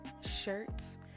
shirts